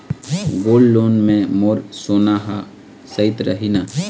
Gold loan मे मोर सोना हा सइत रही न?